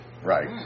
right